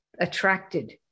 attracted